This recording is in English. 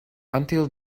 until